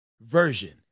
version